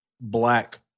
black